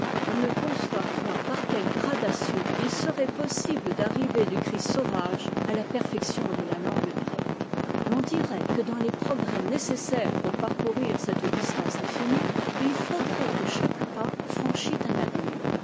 on ne conçoit point par quelle gradation il serait possible d'arriver du cri sauvage à la perfection de la langue grecque l'on dirait que dans les progrès nécessaires pour parcourir cette distance infinie il faudrait que chaque pas franchit un abîme